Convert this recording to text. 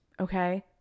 okay